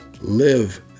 Live